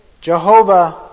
Jehovah